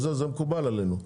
זה מקובל עלינו.